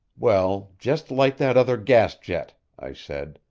well, just light that other gas-jet, i said.